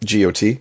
GOT